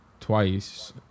twice